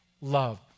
love